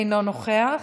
אינו נוכח,